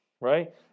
right